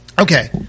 Okay